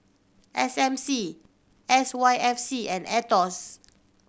S M C S Y F C and Aetos